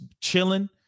chilling